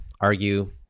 argue